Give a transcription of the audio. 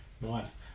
Nice